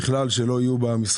כך שבכלל לא יהיו במשחק.